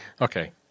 Okay